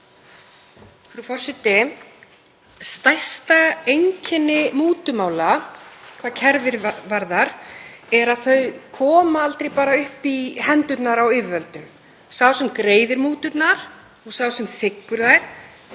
Frú forseti. Stærsta einkenni mútumála hvað kerfið varðar er að þau koma aldrei bara upp í hendurnar á yfirvöldum, sá sem greiðir múturnar og sá sem þiggur þær